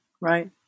right